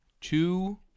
two